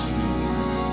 Jesus